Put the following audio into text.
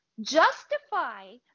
justify